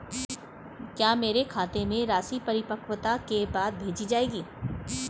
क्या मेरे खाते में राशि परिपक्वता के बाद भेजी जाएगी?